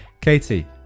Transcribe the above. katie